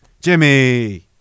Jimmy